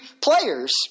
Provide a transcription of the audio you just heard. players